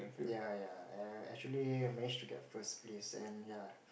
ya ya I actually managed to get first place and ya